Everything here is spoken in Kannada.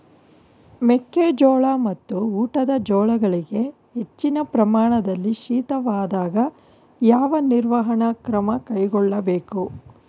ಮೆಕ್ಕೆ ಜೋಳ ಮತ್ತು ಊಟದ ಜೋಳಗಳಿಗೆ ಹೆಚ್ಚಿನ ಪ್ರಮಾಣದಲ್ಲಿ ಶೀತವಾದಾಗ, ಯಾವ ನಿರ್ವಹಣಾ ಕ್ರಮ ಕೈಗೊಳ್ಳಬೇಕು?